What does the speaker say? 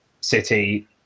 City